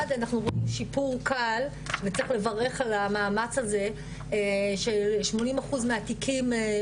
אחד אנחנו רואים שיפור קל וצריך לברך על המאמץ הזה ש-80 אחוז מהתיקים,